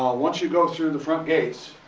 um once you go through the front gates,